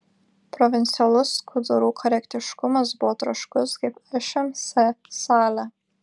provincialus skudurų korektiškumas buvo troškus kaip šmc salė